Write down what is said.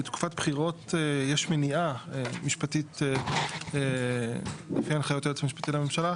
בתקופת בחירות יש מניעה משפטית לפי הנחיות היועץ המשפטי לממשלה,